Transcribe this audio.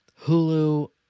Hulu